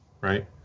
right